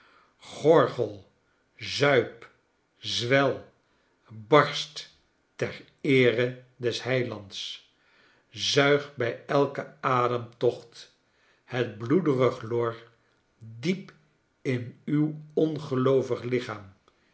gorgel zuip zwel barst ter eere des heilands zuig bij elken ademtocht het bloedige lor diep in uw ongeloovig lichaam